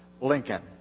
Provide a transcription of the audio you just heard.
Lincoln